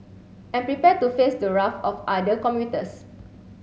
and prepare to face the wrath of other commuters